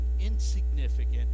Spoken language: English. insignificant